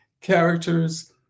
characters